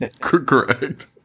Correct